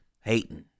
Hating